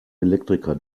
elektriker